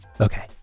Okay